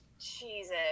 Jesus